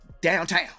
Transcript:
downtown